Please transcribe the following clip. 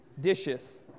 Dishes